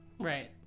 Right